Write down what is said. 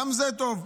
גם זה טוב.